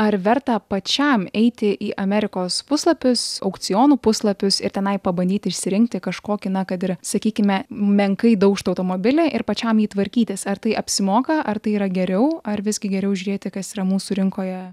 ar verta pačiam eiti į amerikos puslapius aukcionų puslapius ir tenai pabandyti išsirinkti kažkokį na kad ir sakykime menkai daužtą automobilį ir pačiam jį tvarkytis ar tai apsimoka ar tai yra geriau ar visgi geriau žiūrėti kas yra mūsų rinkoje